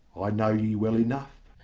i know ye well enough.